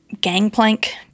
gangplank